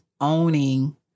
owning